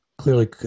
clearly